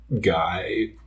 guy